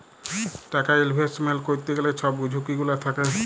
টাকা ইলভেস্টমেল্ট ক্যইরতে গ্যালে ছব ঝুঁকি গুলা থ্যাকে